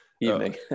evening